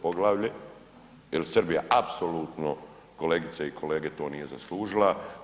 Poglavlje, jer Srbija apsolutno kolegice i kolege to nije zaslužila.